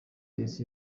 elsa